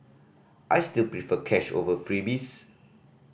I still prefer cash over freebies